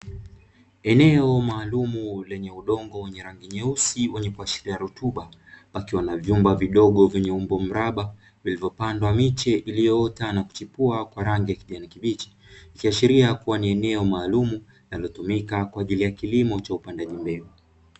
Eneo maalumu lenye udongo wenye rangi nyeusi wenye kuashiria rutuba, pakiwa na vyumba vidogo vyenye umbo mraba vilivyopandwa miche iliyoota na kuchipua kwa rangi ya kijani kibichi, ikiashiria kuwa ni eneo maalumu linalotumika kwa ajili ya kilimo cha upandaji mbegu.